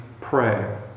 pray